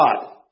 God